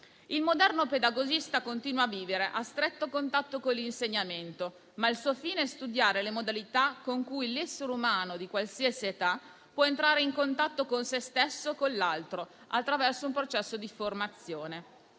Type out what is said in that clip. Il moderno pedagogista continua a vivere a stretto contatto con l'insegnamento. Ma il suo fine è studiare le modalità con cui l'essere umano, di qualsiasi età, può entrare in contatto con sé stesso o con l'altro, attraverso un processo di formazione.